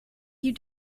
you